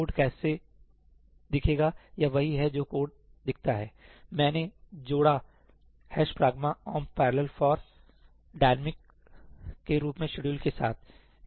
code कैसा दिखेगा यह वही है जो कोड दिखता है दाएं मैंने जोड़ा ' pragma omp parallel for' dynamic सही के रूप में शेड्यूल के साथ यह i क्या है